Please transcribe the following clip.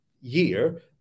year